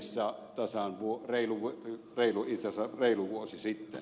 se on ollut dublinissa itse asiassa reilu vuosi sitten